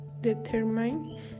determine